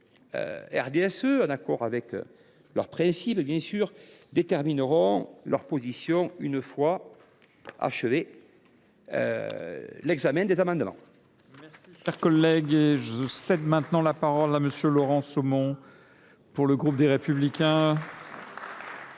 du RDSE, en accord avec leurs principes, détermineront leur position une fois achevé l’examen des amendements.